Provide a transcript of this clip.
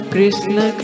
Krishna